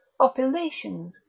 opulations